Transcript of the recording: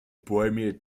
premier